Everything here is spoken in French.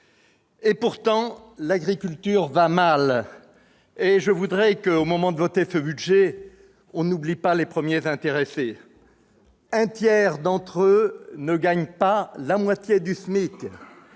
Pourtant l'agriculture va mal ! Je voudrais, au moment du vote de ce budget, que l'on n'oublie pas les premiers intéressés : un tiers d'entre eux ne gagne pas la moitié du SMIC,